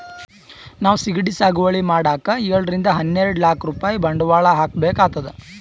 ನಾವ್ ಸಿಗಡಿ ಸಾಗುವಳಿ ಮಾಡಕ್ಕ್ ಏಳರಿಂದ ಹನ್ನೆರಡ್ ಲಾಕ್ ರೂಪಾಯ್ ಬಂಡವಾಳ್ ಹಾಕ್ಬೇಕ್ ಆತದ್